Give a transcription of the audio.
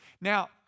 Now